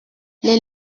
les